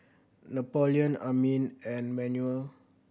Napoleon Amin and Manuel